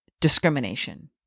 discrimination